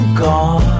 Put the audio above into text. gone